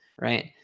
right